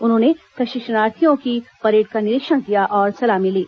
उन्होंने प्रशिक्षणार्थियों की परेड का निरीक्षण किया और सलामी ली